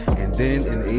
and